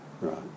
right